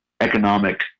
economic